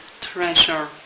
treasure